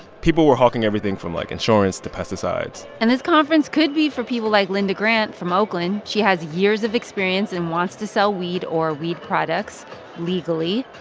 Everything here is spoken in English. people were hawking everything from, like, insurance to pesticides and this conference could be for people like linda grant from oakland. she has years of experience and wants to sell weed or weed products legally.